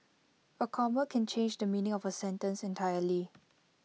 A comma can change the meaning of A sentence entirely